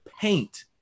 paint